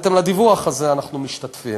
בהתאם לדיווח הזה אנחנו משתתפים.